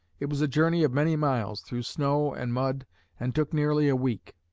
it was a journey of many miles through snow and mud and took nearly a week.